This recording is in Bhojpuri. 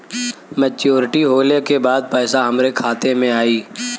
मैच्योरिटी होले के बाद पैसा हमरे खाता में आई?